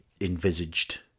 envisaged